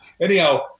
Anyhow